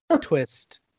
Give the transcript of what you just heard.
twist